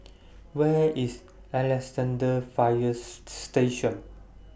Where IS Alexandra Fire Station